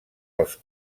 els